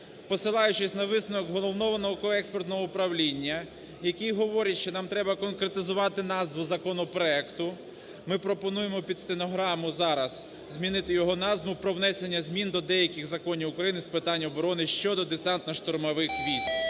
посилаючись на висновок Головного науково-експертного управління, який говорить, що нам треба конкретизувати назву законопроекту, ми пропонуємо під стенограму зараз змінити його назву: "Про внесення змін до деяких законів України з питань оборони (щодо Десантно-штурмових військ)".